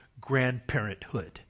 grandparenthood